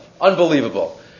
Unbelievable